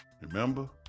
Remember